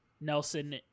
Nelson